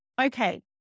Okay